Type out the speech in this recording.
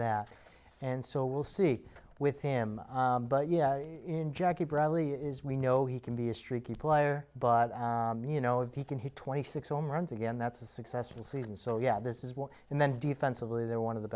that and so we'll see with him but yeah in jackie bradley is we know he can be a streaky player but you know if he can hit twenty six home runs again that's a successful season so yeah this is one and then defensively they're one of the